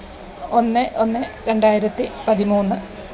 ഒന്ന് ഒന്ന് രണ്ടായിരത്തി പതിമൂന്ന്